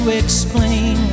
explain